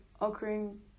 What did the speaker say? occurring